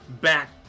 back